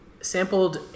sampled